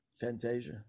Fantasia